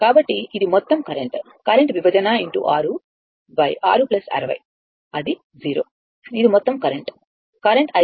కాబట్టి ఇది మొత్తం కరెంట్ కరెంట్ విభజన x 6 6 60 అది 0ఇది మొత్తం కరెంట్ కరెంట్ i0 00